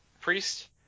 priest